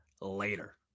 later